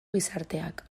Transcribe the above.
gizarteak